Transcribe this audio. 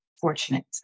fortunate